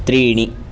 त्रीणि